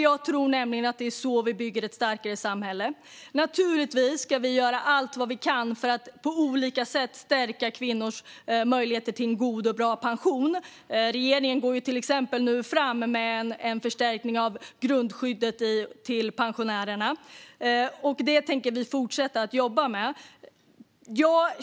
Jag tror nämligen att det är så vi bygger ett starkare samhälle. Naturligtvis ska vi göra allt vi kan för att på olika sätt stärka kvinnors möjligheter till en bra pension. Regeringen går till exempel nu fram med en förstärkning av grundskyddet till pensionärerna. Detta tänker vi fortsätta att jobba med.